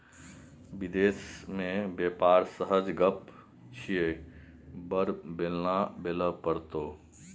विदेश मे बेपार सहज गप छियै बड़ बेलना बेलय पड़तौ